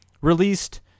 released